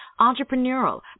entrepreneurial